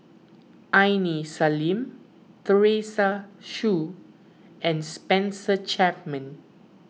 Aini Salim Teresa Hsu and Spencer Chapman